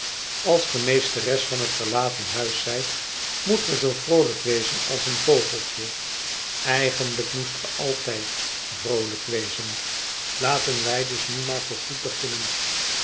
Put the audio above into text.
als ge meesteres van het verlaten huis zijt moet ge zoo vroolijk wezen als een vogeltje eigenlijk moest ge altijd vroolijk wezen laten wij dus nu maar voorgoed beginnen